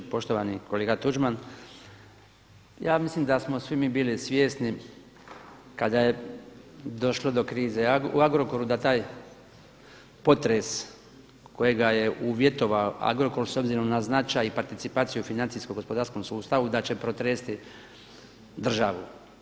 Poštovani kolega Tuđman, ja mislim da smo svi mi bili svjesni kada je došlo do krize u Agrokoru, da taj potres kojega je uvjetovao Agrokor s obzirom na značaj i participaciju u financijsko-gospodarskom sustavu da će protresti državu.